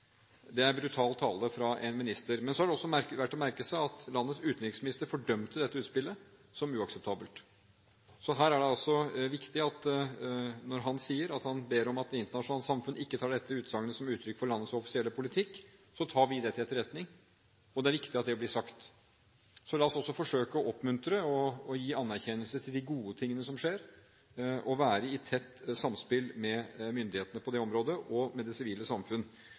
er brutal tale fra en minister. Men det er også verdt å merke seg at landets utenriksminister fordømte dette utspillet som uakseptabelt. Her er det altså viktig at når han ber om at det internasjonale samfunn ikke tar dette utsagnet som uttrykk for landets offisielle politikk, tar vi det til etterretning, og det er viktig at det blir sagt. La oss også forsøke å oppmuntre og gi anerkjennelse til de gode tingene som skjer, og å være i tett samspill med myndighetene og med det sivile samfunn på det området. Helt til sist: Når man observerer Sri Lanka utenfra, er det